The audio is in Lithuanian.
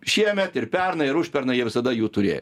šiemet ir pernai ir užpernai jie visada jų turėjo